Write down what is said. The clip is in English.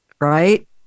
right